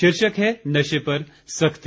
शीर्षक है नशे पर सख्ती